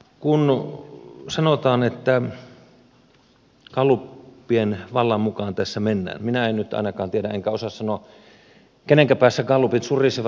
kun sanotaan että gallupien vallan mukaan tässä mennään minä en nyt ainakaan tiedä enkä osaa sanoa kenenkä päässä gallupit surisevat